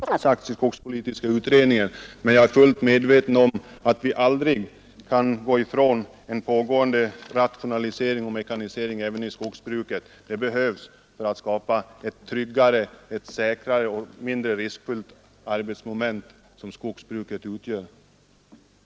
Herr talman! Bara helt kort! Jag har aldrig i full utsträckning anslutit mig till de synpunkter som framförts i skogspolitiska utredningen. Jag anser att man inom skogsbruket inte kan motverka och komma ifrån den pågående rationaliseringen och mekaniseringen. En sådan behövs för att skapa ett tryggare, säkrare och mindre riskfyllt arbete för de inom skogsbruket ans ällda. Inte minst från fackligt håll anser man det vara angeläget.